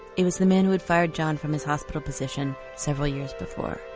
it was the man who had fired john from his hospital position several years before.